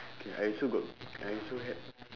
okay I also got I also had